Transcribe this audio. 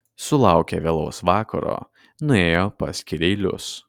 sulaukę vėlaus vakaro nuėjo pas kireilius